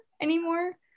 anymore